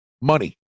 Money